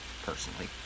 personally